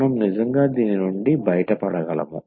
మనం నిజంగా దీని నుండి బయటపడగలము